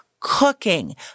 cooking